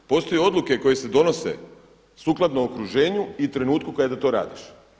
Postoje odluke koje se donose sukladno okruženju i trenutku kada to radiš.